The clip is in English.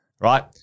Right